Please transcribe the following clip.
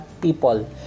people